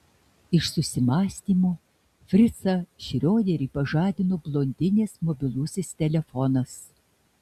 iš susimąstymo fricą šrioderį pažadino blondinės mobilusis telefonas